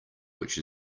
which